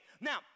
Now